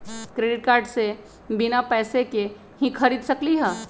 Credit card से बिना पैसे के ही खरीद सकली ह?